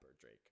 Drake